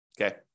Okay